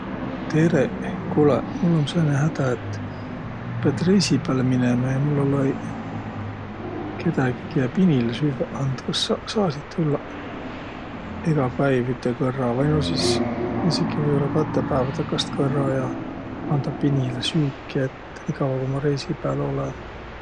Tereq! Kuulõq, mul um sääne hädä, et piät reisi pääle minemä ja mul olõ-õi kedägi, kiä pinile süvväq and. Kas saq saasiq tulla egä päiv üte kõrra vai no sis esiki või-ollaq katõ päävä takast kõrra ja pandaq pinile süüki ette, niikavva ku ma reisi pääl olõ?